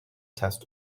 test